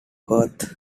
perth